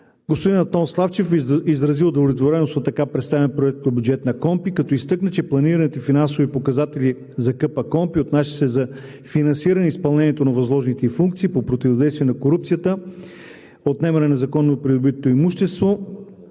Господин Антон Славчев изрази удовлетвореност от така представения проектобюджет на КПКОНПИ, като изтъкна, че планираните финансови показатели за КПКОНПИ, отнасящи се за финансиране изпълнението на възложените ѝ функции по противодействие на корупцията и отнемане на незаконно придобитото имущество,